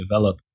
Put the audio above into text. develop